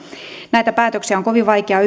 näitä päätöksiä on kovin vaikea